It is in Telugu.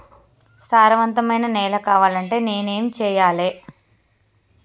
సారవంతమైన నేల కావాలంటే నేను ఏం చెయ్యాలే?